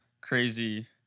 crazy